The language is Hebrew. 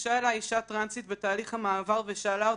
ניגשה אלי אישה טרנסית בתהליך המעבר, ושאלה אותי: